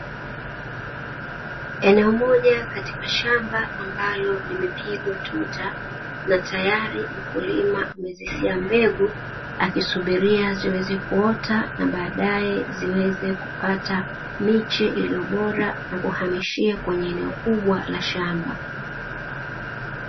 Eneo moja katika shamba ambalo limepigwa tuta na tayari mkulima amezisia mbegu, akisubiria ziweze kuota na baadae ziweze kupata miche iliyo bora na kuhamishia kwenye eneo kubwa la shamba.